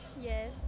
yes